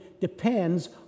depends